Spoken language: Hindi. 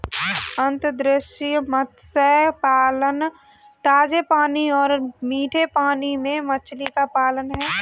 अंतर्देशीय मत्स्य पालन ताजे पानी और मीठे पानी में मछली का पालन है